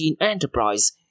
Enterprise